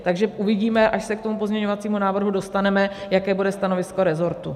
Takže uvidíme, až se k tomu pozměňovacímu návrhu dostaneme, jaké bude stanovisko resortu.